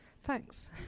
Thanks